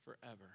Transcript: forever